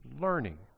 learning